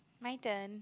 my turn